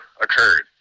occurred